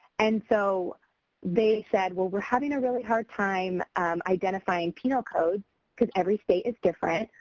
and so they said well we're having a really hard time identifying penal codes because every state is different.